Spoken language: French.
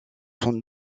son